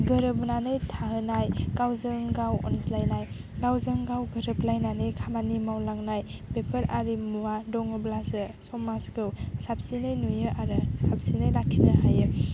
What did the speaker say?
गोरोबनानै थाहोनाय गावजों गाव अनज्लायनाय गावजों गाव गोरोबलायनानै खामानि मावलांनाय बेफोर आरिमुआ दङब्लासो समाजखौ साबसिनै नुयो आरो साबसिनै लाखिनो हायो